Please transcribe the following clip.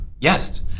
Yes